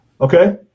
Okay